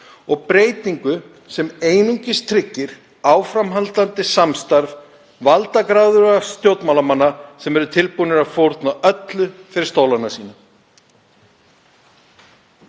og breytingu sem einungis tryggir áframhaldandi samstarf valdagráðugra stjórnmálamanna sem eru tilbúnir að fórna öllu fyrir stólana sína.